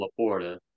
LaPorta